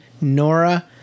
Nora